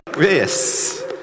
Yes